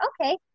Okay